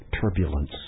turbulence